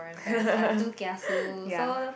yeah